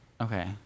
Okay